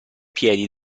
piedi